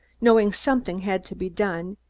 knowing something had to be done,